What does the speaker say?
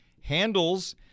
handles